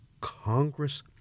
Congress